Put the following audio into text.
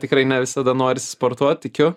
tikrai ne visada norisi sportuot tikiu